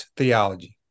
theology